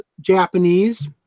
Japanese